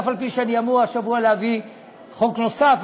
אף-על-פי שאני אמור השבוע להביא חוק נוסף,